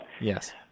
Yes